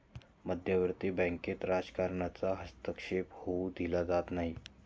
मध्यवर्ती बँकेत राजकारणाचा हस्तक्षेप होऊ दिला जात नाही